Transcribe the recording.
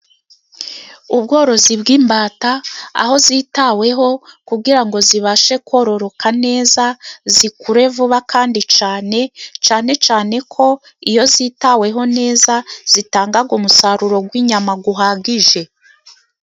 Ubworozi bw'imbata aho zitaweho, kugira ngo zibashe kororoka neza zikure vuba kandi cyane. Cyane cyane ko iyo zitaweho neza zitanga umusaruro w'inyama uhagije.